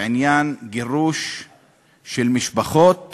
בעניין גירוש של משפחות